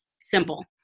simple